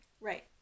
Right